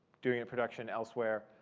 doing a production elsewhere,